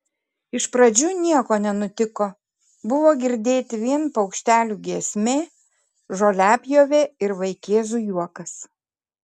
iš pradžių nieko nenutiko buvo girdėti vien paukštelių giesmė žoliapjovė ir vaikėzų juokas